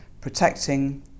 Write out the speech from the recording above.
protecting